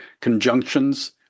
conjunctions